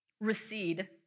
recede